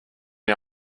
est